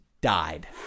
died